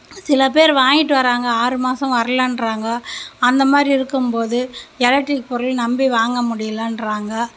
சில பேர் வாங்கிட்டு வராங்க ஆறு மாதம் வரலன்றாங்க அந்த மாதிரி இருக்கும் போது எலக்ட்ரிக் பொருள் நம்பி வாங்க முடிலன்றாங்க